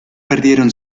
perdieron